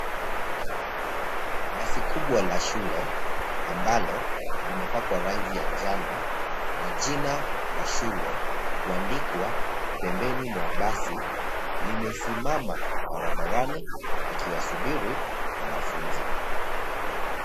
Basi kubwa la shule ambalo limepakwa rangi ya njano na jina la shule kuandikwa pembeni mwa basi, limesimama barabarani likiwasubiri wanafunzi.